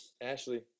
Ashley